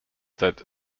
that